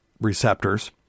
receptors